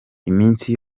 iminsi